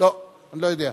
לא, אני לא יודע.